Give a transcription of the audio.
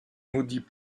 maudits